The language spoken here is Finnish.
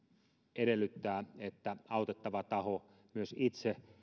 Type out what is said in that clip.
edellyttää että autettava taho myös itse